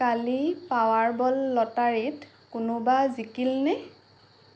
কালি Powerball লটাৰীত কোনোবা জিকিলনে